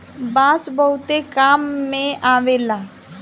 बांस बहुते काम में अवेला